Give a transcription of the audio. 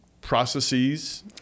processes